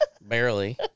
Barely